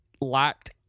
lacked